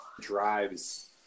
drives